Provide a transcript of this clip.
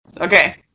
Okay